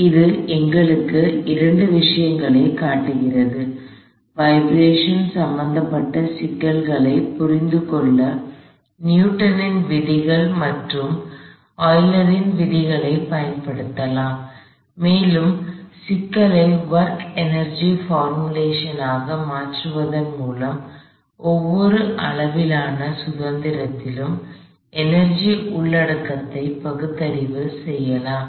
எனவே இது எங்களுக்கு இரண்டு விஷயங்களைக் காட்டுகிறது வைப்ரஷன் சம்பந்தப்பட்ட சிக்கல்களைப் புரிந்துகொள்ள நியூட்டனின் விதிகள் மற்றும் யூலரின் விதிகளைப் பயன்படுத்தலாம் மேலும் சிக்கலை ஒர்க் எனர்ஜி போர்முலேஷன் ஆக மாற்றுவதன் மூலம் ஒவ்வொரு அளவிலான சுதந்திரத்திலும் எனர்ஜி உள்ளடக்கத்தை பகுத்தறிவு செய்யலாம்